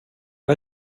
har